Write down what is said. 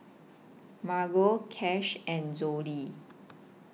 Margo Cash and Zollie